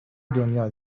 دنیا